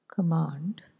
command